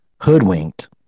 hoodwinked